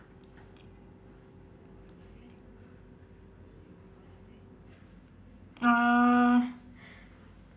uh